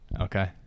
okay